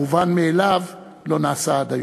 וחבל שהמובן מאליו לא נעשה עד היום.